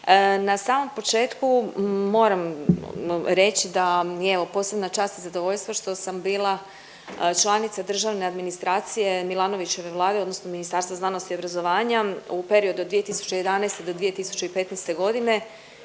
Na samom početku moram reći da mi je evo posebna čast i zadovoljstvo što sam bila članica državne administracije Milanovićeve vlade odnosno Ministarstva znanosti i obrazovanja u periodu od 2011. do 2015.g.